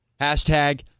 Hashtag